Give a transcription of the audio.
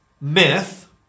myth